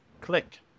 click